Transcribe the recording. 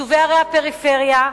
בערי הפריפריה,